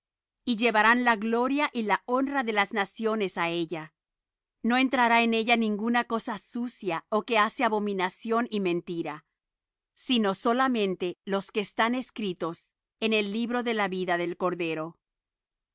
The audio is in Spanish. y llevarán la gloria y la honra de las naciones á ella no entrará en ella ninguna cosa sucia ó que hace abominación y mentira sino solamente los que están escritos en el libro de la vida del cordero